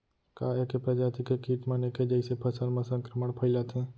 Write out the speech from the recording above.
का ऐके प्रजाति के किट मन ऐके जइसे फसल म संक्रमण फइलाथें?